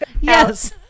yes